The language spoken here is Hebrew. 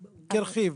כרכיב.